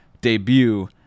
debut